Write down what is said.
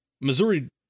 Missouri